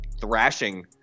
thrashing